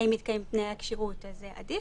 האם מתקיימים תנאי הכשירות זה עדיף.